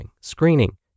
screening